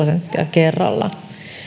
kerralla myös